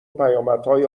پیامدهای